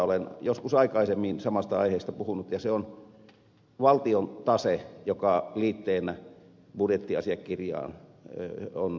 olen joskus aikaisemmin samasta aiheesta puhunut ja se on valtion tase joka liitteenä budjettiasiakirjaan on sisällytetty